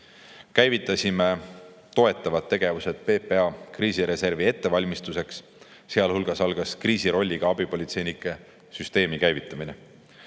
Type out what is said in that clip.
Käivitasime toetavad tegevused PPA kriisireservi ettevalmistamiseks, sealhulgas algas kriisirolliga abipolitseinike süsteemi käivitamine.